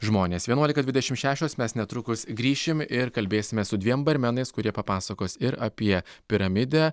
žmones vienuolika dvidešim šešios mes netrukus grįšim ir kalbėsimės su dviem barmenais kurie papasakos ir apie piramidę